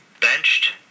benched